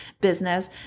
business